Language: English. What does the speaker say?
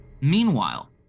Meanwhile